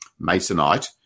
masonite